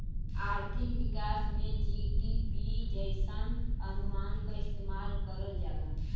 आर्थिक विकास में जी.डी.पी जइसन अनुमान क इस्तेमाल करल जाला